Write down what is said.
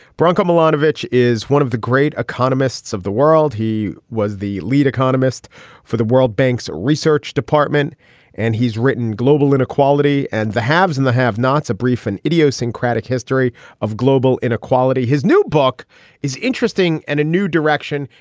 branko milanovic is one of the great economists of the world. he was the lead economist for the world bank's research department and he's written global inequality and the haves and the have nots a brief and idiosyncratic history of global inequality. his new book is interesting and a new direction.